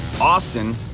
Austin